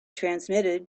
transmitted